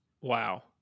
Wow